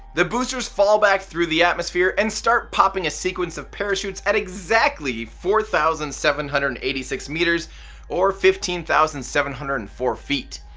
the boosters fall back through the atmosphere and start popping a sequence of parachutes at exactly four thousand seven hundred and eighty six meters or fifteen thousand seven hundred and four feet.